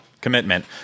commitment